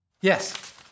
Yes